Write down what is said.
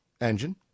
engine